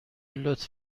لطف